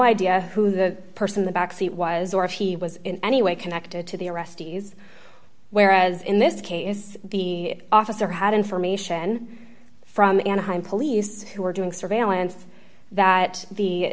idea who the person in the backseat was or if he was in any way connected to the arrestees whereas in this case the officer had information from anaheim police who were doing surveillance that the